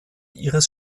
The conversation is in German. ihres